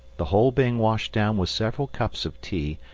the whole being washed down with several cups of tea,